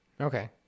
Okay